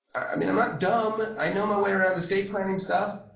i mean, i'm not dumb. i know my way around estate planning stuff,